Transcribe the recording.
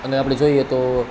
અને આપણે જોઈએ તો